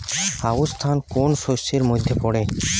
আউশ ধান কোন শস্যের মধ্যে পড়ে?